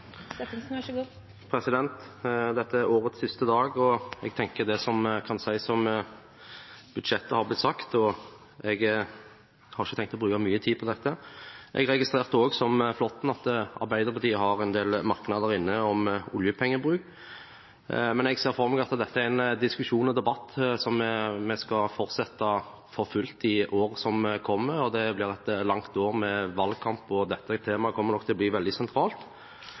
blitt sagt, så jeg har ikke tenkt å bruke mye tid på dette. Jeg registrerte, som representanten Flåtten, at Arbeiderpartiet har en del merknader inne om oljepengebruk, men jeg ser for meg at dette er en diskusjon og debatt som vi skal fortsette for fullt i året som kommer. Det blir et langt år med valgkamp, og dette temaet kommer nok til å være veldig sentralt.